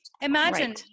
Imagine